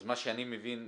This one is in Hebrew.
אז מה שאני מבין,